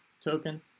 token